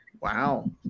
Wow